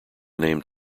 name